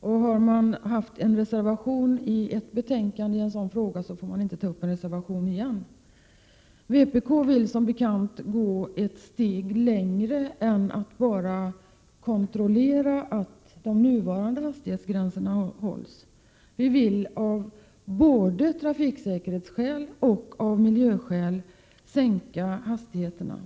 Om man har avgivit en reservation i ett betänkande i en sådan fråga, får man inte reservera sig på nytt. Vpk vill som bekant gå ett steg längre än att bara kontrollera att nuvarande hastighetsgränser respekteras. Vi vill, av både trafiksäkerhetsskäl och miljöskäl, sänka hastighetsgränserna.